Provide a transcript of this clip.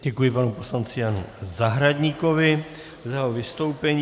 Děkuji panu poslanci Janu Zahradníkovi za jeho vystoupení.